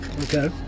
Okay